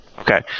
Okay